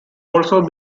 also